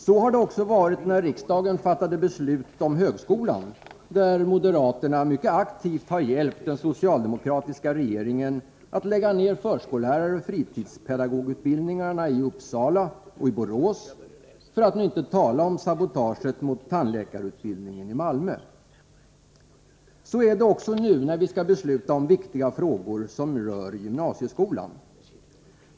Så har det också varit när riksdagen fattade beslut om högskolan, där moderaterna mycket aktivt har hjälpt den socialdemokratiska regeringen att lägga ner förskolläraroch fritidspedagogutbildningarna i Uppsala och Borås för att nu inte tala om sabotaget mot tandläkarutbildningen i Malmö. Så är det också nu, när vi skall besluta om viktiga frågor som rör gymnasieskolan.